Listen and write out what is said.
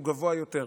הוא גבוה יותר.